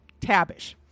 Tabish